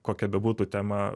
kokia bebūtų tema